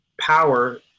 power